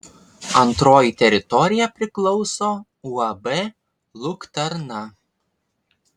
antroji teritorija priklauso uab luktarna